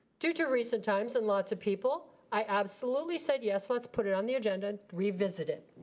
due to recent times and lots of people, i absolutely said yes, let's put it on the agenda, revisited.